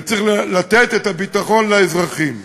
וצריך לתת את הביטחון לאזרחים.